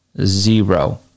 zero